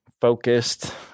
focused